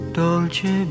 dolce